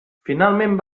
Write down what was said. finalment